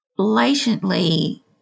blatantly